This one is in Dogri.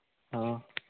हां